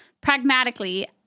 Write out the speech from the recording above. pragmatically